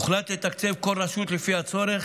הוחלט לתקצב כל רשות לפי הצורך,